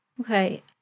Okay